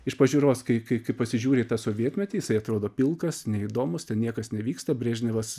iš pažiūros kai kai kai pasižiūri į tą sovietmetį jisai atrodo pilkas neįdomus ten niekas nevyksta brežnevas